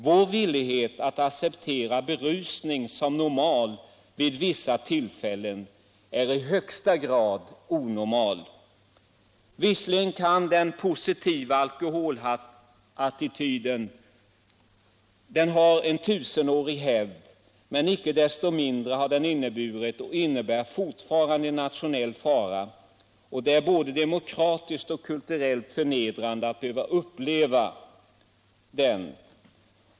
Vår villighet att acceptera berusning som normal vid vissa tillfällen är i högsta grad onormal. Visserligen har den positiva alkoholattityden tusenårig hävd, men icke desto mindre har den inneburit och innebär fortfarande en nationell fara som det är både demokratiskt och kulturellt förnedrande att behöva uppleva.